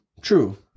True